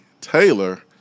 Taylor